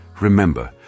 Remember